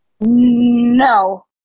No